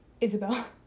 Isabel